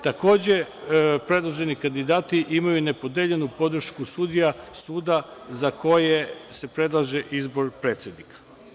Takođe, predloženi kandidati imaju nepodeljenu podršku sudija suda za koje se predlaže izbor predsednika.